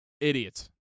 idiots